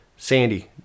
Sandy